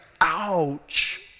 ouch